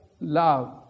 love